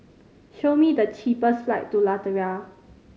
show me the cheapest flight to Latvia